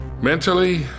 Mentally